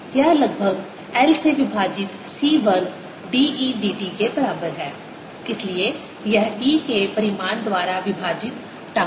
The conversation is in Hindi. यह लगभग 1 से विभाजित C वर्ग d E dt के बराबर है इसलिए यह E के परिमाण द्वारा विभाजित टाउ होगा